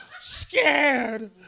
scared